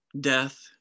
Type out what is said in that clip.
Death